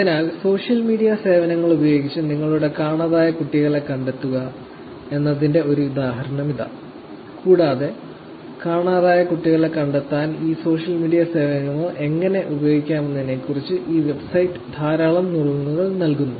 അതിനാൽ social media സേവനങ്ങൾ ഉപയോഗിച്ച് നിങ്ങളുടെ കാണാതായ കുട്ടിയെ കണ്ടെത്തുക എന്നതിന്റെ ഒരു ഉദാഹരണം ഇതാ കൂടാതെ കാണാതായ കുട്ടികളെ കണ്ടെത്താൻ ഈ സോഷ്യൽ മീഡിയ സേവനങ്ങൾ എങ്ങനെ ഉപയോഗിക്കാമെന്നതിനെക്കുറിച്ച് ഈ വെബ്സൈറ്റ് ധാരാളം നുറുങ്ങുകൾ നൽകുന്നു